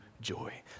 joy